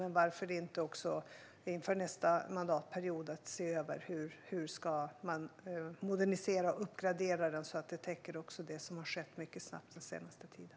Man varför inte inför nästa mandatperiod modernisera den och uppgradera den, så att den också täcker det som har skett mycket snabbt den senaste tiden?